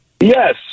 Yes